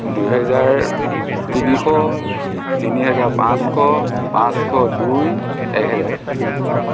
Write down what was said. দুহেজাৰ তিনিশ তিনি হেজাৰ পাঁচশ পাঁচশ দুই এহেজাৰ